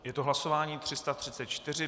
Je to hlasování 334.